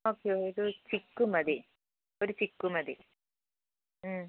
okay അത് ചിക്കു മതി ഒരു ചിക്കു മതി അ